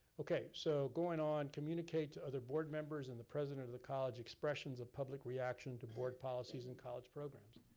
okay, so going on. communicate to other board members and the president of the college expressions of public reaction to board policies and college programs.